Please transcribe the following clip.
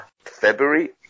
February